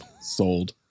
sold